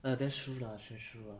well that's true lah that's true lah